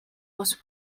was